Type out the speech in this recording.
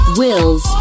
wills